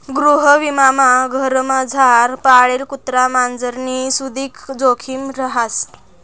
गृहविमामा घरमझार पाळेल कुत्रा मांजरनी सुदीक जोखिम रहास